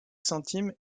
centimes